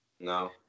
no